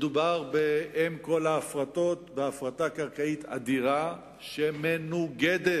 מדובר באם כל ההפרטות, בהפרטת קרקע אדירה שמנוגדת